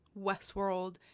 Westworld